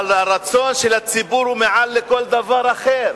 אבל הרצון של הציבור הוא מעל לכל דבר אחר.